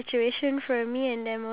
ya